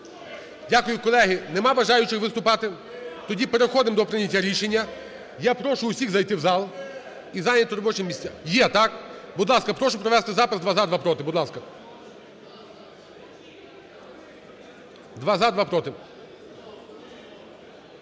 Дякую. Колеги, немає бажаючих виступати? Тоді переходимо до прийняття рішення. Я прошу всіх зайти у зал і зайняти робочі місця. Є, так. Будь ласка, прошу провести запис: два – за, два – проти.